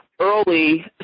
early